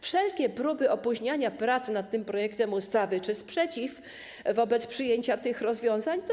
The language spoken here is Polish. Wszelkie próby opóźniania prac nad tym projektem ustawy czy sprzeciw wobec przyjęcia tych rozwiązań to.